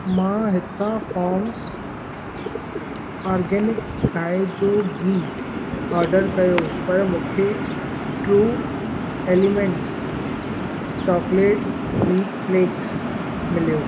मां हितां farms organic गांइ जो घी ऑडर कयो पर मूंखे true elements chocolate wheat flakes मिलियो